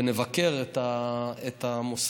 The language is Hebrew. ונבקר את המוסדות,